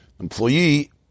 Employee